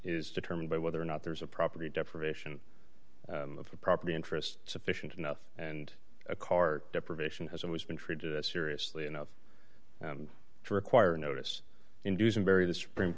is determined by whether or not there's a property deprivation of the property interest sufficient enough and a cart deprivation has always been treated seriously enough and to require notice in dusenberry the supreme